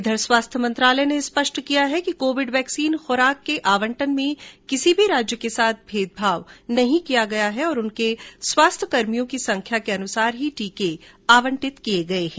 इधर स्वास्थ्य मंत्रालय ने स्पष्ट किया है कि कोविड वैक्सीन खुराक के आवंटन में किसी भी राज्य के साथ भेदभाव नहीं किया गया है और उनके स्वास्थ्यकर्मियों की संख्या के अनुसार ही टीके आवंटित किए गए है